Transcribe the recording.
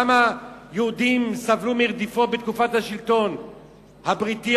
כמה יהודים סבלו מרדיפות בתקופת השלטון הבריטי,